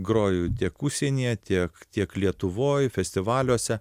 groju tiek užsienyje tiek tiek lietuvoj festivaliuose